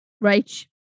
right